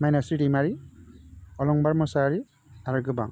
मायनावस्रि दैमारि अलंबार मोसाहारि आरो गोबां